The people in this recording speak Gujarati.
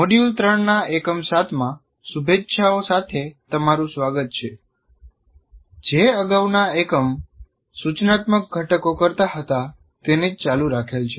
મોડ્યુલ 3 ના એકમ 7 માં શુભેચ્છાઓ સાથે તમારું સ્વાગત છે જે અગાઉના એકમ સૂચનાત્મક ઘટકો કરતા હતા તેનેજ ચાલુ રાખેલ છે